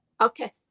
Okay